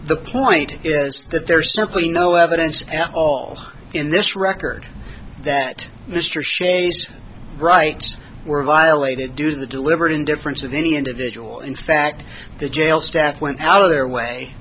the point is that there's simply no evidence at all in this record that mr shays right were violated due to the deliberate indifference of any individual in fact the jail staff went out of their way